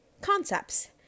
concepts